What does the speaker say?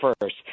first